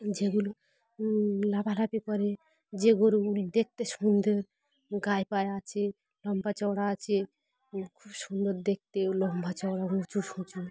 যেগুলো লাফালাফি করে যে গরু গুলো দেখতে সুন্দর গায়ে পায়ে আছে লম্বা চওড়া আছে খুব সুন্দর দেখতে লম্বা চওড়া উঁচু সঁচু